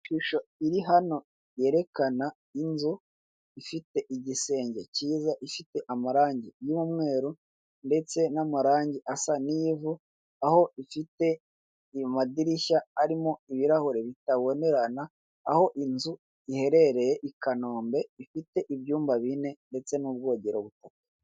Ishusho iri hano yerekana inzu ifite igisenge cyiza, ifite amarangi y'umweru ndetse n'amarangi asa n'ivu, aho ifite amadirishya arimo ibirahure bitabonerana, aho inzu iherereye i Kanombe ifite ibyumba bine ndetse n'ubwogero butatu.